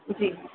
जी